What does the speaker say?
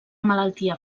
malaltia